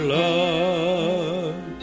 love